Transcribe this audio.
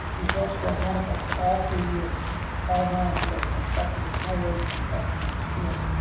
results were identical for all three years all melon fields were infected with high rates of infection in each field.